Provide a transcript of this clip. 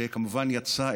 שכמובן יצא,